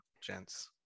gents